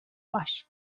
var